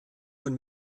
von